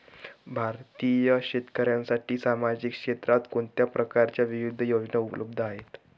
भारतीय शेतकऱ्यांसाठी सामाजिक क्षेत्रात कोणत्या प्रकारच्या विविध योजना उपलब्ध आहेत?